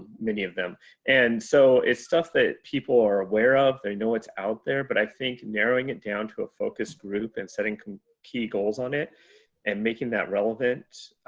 many of them and so it's stuff that people are aware of. they know what's out there, but i think narrowing it down to a focus group and setting key goals on it and making that relevant.